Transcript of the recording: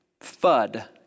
FUD